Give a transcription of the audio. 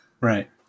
Right